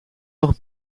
nog